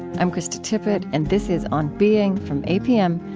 i'm krista tippett, and this is on being from apm,